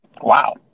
Wow